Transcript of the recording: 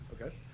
Okay